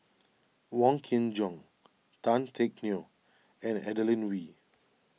Wong Kin Jong Tan Teck Neo and Adeline Ooi